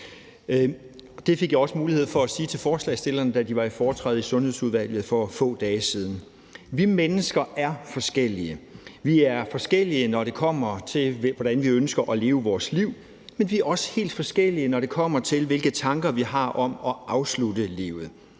Det fik jeg også mulighed for at sige til forslagsstillerne, da de var i foretræde i Sundhedsudvalget for få dage siden. Vi mennesker er forskellige. Vi er forskellige, når det kommer til, hvordan vi ønsker at leve vores liv, men vi er også helt forskellige, når det kommer til, hvilke tanker vi har om at afslutte livet.